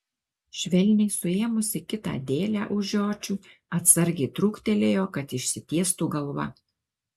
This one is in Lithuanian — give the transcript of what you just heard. švelniai suėmusi kitą dėlę už žiočių atsargiai trūktelėjo kad išsitiestų galva